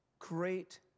Great